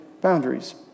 boundaries